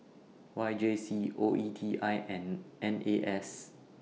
Y J C O E T I and N A S